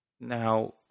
Now